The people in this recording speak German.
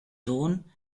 ton